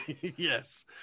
yes